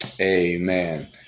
amen